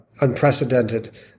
unprecedented